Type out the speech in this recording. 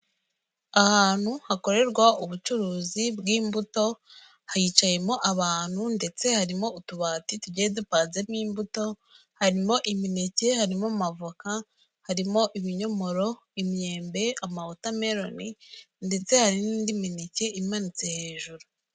Ahantu hakorerwa ubucuruzi bw'imbuto, hicayemo abantu ndetse harimo utubati tugiye dupanzemo imbuto, harimo imineke, harimo amavoka, harimo ibinyomoro, imyembe, amawotameroni ndetse hari n'indi mineke imanitse hejuru.